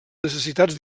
necessitats